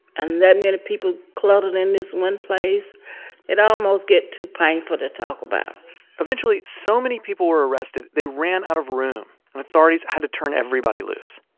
and that many people cluttered in this one place it almost get too painful to talk about eventually, so many people were arrested they ran out of room, and authorities had to turn everybody loose.